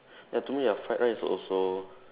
ya to me ah fried rice is also